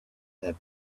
their